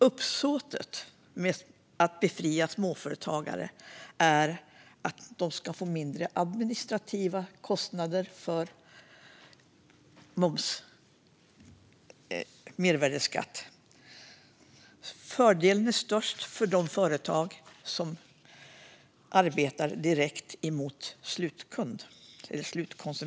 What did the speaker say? Uppsåtet med att befria småföretagare är att de ska få lägre administrativa kostnader för mervärdesskatt. Fördelen är störst för de företag som arbetar direkt mot slutkonsument.